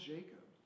Jacob